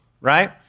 right